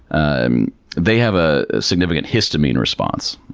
um they have a significant histamine response.